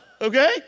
Okay